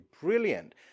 Brilliant